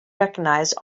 recognized